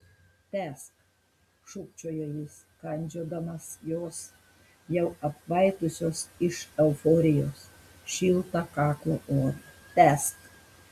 tęsk šūkčiojo jis kandžiodamas jos jau apkvaitusios iš euforijos šiltą kaklo odą tęsk